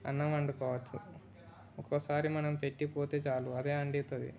అన్నం వండుకోవచ్చు ఒక్కసారి మనం పెట్టి పోతే చాలు అదే వండుతుంది